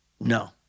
no